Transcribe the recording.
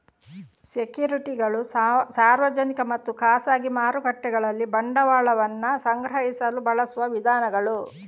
ಸೆಕ್ಯುರಿಟಿಗಳು ಸಾರ್ವಜನಿಕ ಮತ್ತು ಖಾಸಗಿ ಮಾರುಕಟ್ಟೆಗಳಲ್ಲಿ ಬಂಡವಾಳವನ್ನ ಸಂಗ್ರಹಿಸಲು ಬಳಸುವ ವಿಧಾನಗಳು